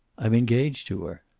i'm engaged to her.